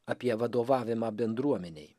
apie vadovavimą bendruomenei